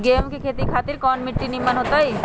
गेंहू की खेती खातिर कौन मिट्टी निमन हो ताई?